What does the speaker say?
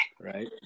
Right